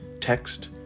Text